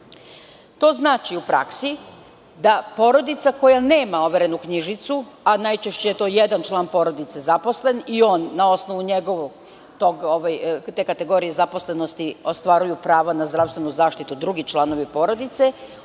To znači u praksi da porodica koja nema overenu knjižicu, a najčešće je jedan član porodice zaposlen, a na osnovu njegove kategorije zaposlenosti ostvaruju pravo na zdravstvenu zaštitu drugi članovi porodice,